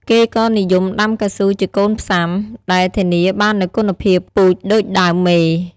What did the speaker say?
គេក៏និយមដាំកៅស៊ូជាកូនផ្សាំ ដែលធានាបាននូវគុណភាពពូជដូចដើមមេ។